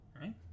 right